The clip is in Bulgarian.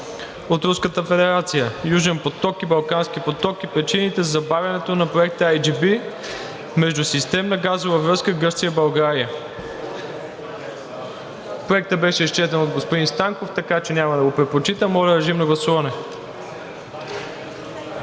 от Руската федерация – Южен поток и Балкански поток, и причините за забавяне на проекта IGB (Междусистемна газова връзка Гърция – България). Проектът беше изчетен от господин Станков, така че няма да го препрочитам. Моля, режим на гласуване.